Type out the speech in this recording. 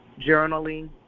journaling